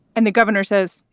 and the governor says,